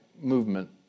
movement